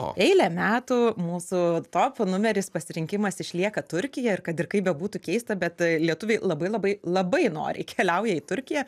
eilę metų mūsų top numeris pasirinkimas išlieka turkija ir kad ir kaip bebūtų keista bet lietuviai labai labai labai noriai keliauja į turkiją